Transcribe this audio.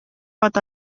pot